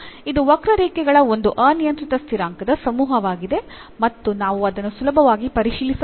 ಆದ್ದರಿಂದ ಇದು ವಕ್ರರೇಖೆಗಳ ಒಂದು ಅನಿಯಂತ್ರಿತ ಸ್ಥಿರಾಂಕದ ಸಮೂಹವಾಗಿದೆ ಮತ್ತು ನಾವು ಅದನ್ನು ಸುಲಭವಾಗಿ ಪರಿಶೀಲಿಸಬಹುದು